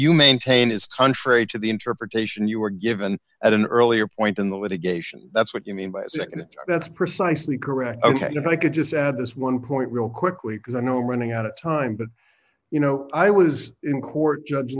you maintain is contrary to the interpretation you were given at an earlier point in the litigation that's what you mean by that's precisely correct ok you know i could just add this one point real quickly because i know running out of time but you know i was in court judge